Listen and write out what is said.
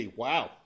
wow